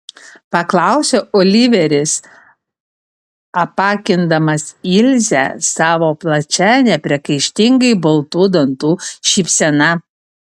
paklausė oliveris apakindamas ilzę savo plačia nepriekaištingai baltų dantų šypsena